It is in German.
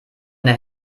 eine